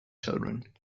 children